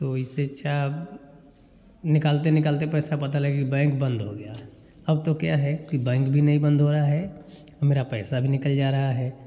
तो इससे अच्छा निकालते निकालते पैसा पता लगे कि बैंक बंद हो गया है अब तो क्या है कि बएँक भी नहीं बंद हो रहा है मेरा पैसा भी निकल जा रहा है